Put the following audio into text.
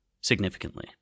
significantly